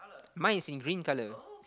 mine is in green color